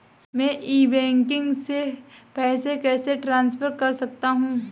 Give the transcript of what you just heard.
मैं e banking से पैसे कैसे ट्रांसफर कर सकता हूं?